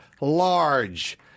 large